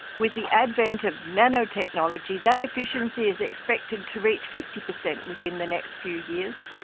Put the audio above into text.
with the advent of nanotechnology, that efficiency is expected to reach fifty per cent within the next few years,